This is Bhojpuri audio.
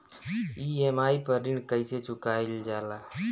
ई.एम.आई पर ऋण कईसे चुकाईल जाला?